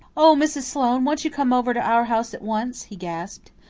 oh, mrs. sloane, won't you come over to our house at once? he gasped.